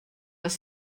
les